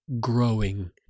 growing